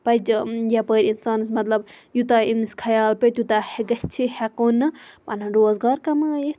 پَزِ یپٲرۍ اِنسانَس مَطلَب یوٗتاہ أمِس خَیال پے تیوٗتاہ گَژھِ یہِ ہیٚکُن پَنُن روزگار کَمٲیِتھ